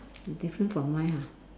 different from mine ha